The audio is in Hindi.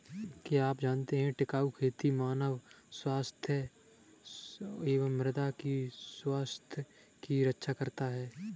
क्या आप जानते है टिकाऊ खेती मानव स्वास्थ्य एवं मृदा की स्वास्थ्य की रक्षा करता हैं?